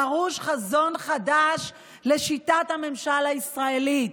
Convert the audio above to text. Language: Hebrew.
דרוש חזון חדש לשיטת הממשל הישראלית.